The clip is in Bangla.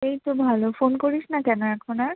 এই তো ভালো ফোন করিস না কেন এখন আর